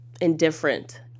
indifferent